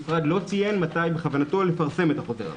המשרד לא ציין מתי בכוונתו לפרסם את החוזר הזה.